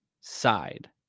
side